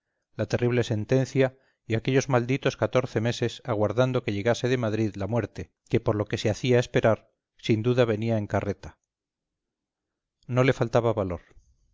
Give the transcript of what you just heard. la terrible sentencia y aquellos malditos catorce meses aguardando que llegase de madrid la muerte que por lo que se hacía esperar sin duda venía en carreta no le faltaba valor